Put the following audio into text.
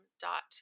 dot